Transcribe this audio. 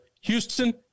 Houston